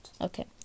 Okay